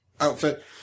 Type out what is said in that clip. outfit